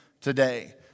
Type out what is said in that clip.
today